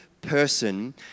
person